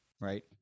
right